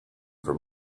from